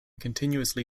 continuously